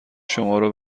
شمارا